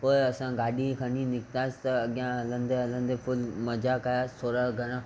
पोइ असां गाॾी खणी निकितासीं त अॻियां हलंदे हलंदे ख़ुदि मज़ा कयासीं थोरा घणा